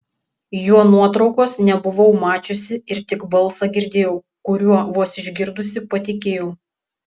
jo nuotraukos nebuvau mačiusi ir tik balsą girdėjau kuriuo vos išgirdusi patikėjau